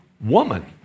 woman